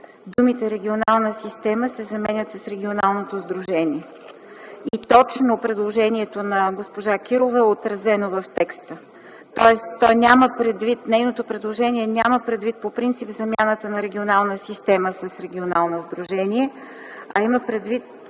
думите „регионална система” се заменят с „регионално сдружение”. И точно предложението на госпожа Кирова е отразено в текста. Тоест, нейното предложение няма предвид по принцип замяната на „регионална система” с „регионално сдружение”, а има предвид